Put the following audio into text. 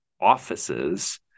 offices